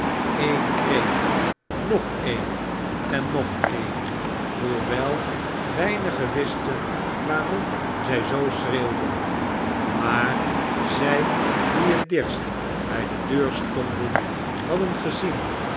een kreet nog een en nog een hoewel weinigen wisten waarom zij zoo schreeuwden maar zij die het dichtst bij de deur stonden hadden gezien